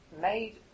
made